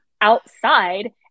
outside